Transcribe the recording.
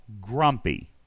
Grumpy